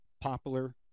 popular